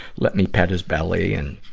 let me pet his belly and.